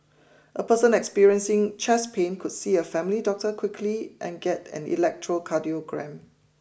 a person experiencing chest pain could see a family doctor quickly and get an electrocardiogram